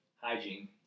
hygiene